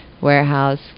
warehouse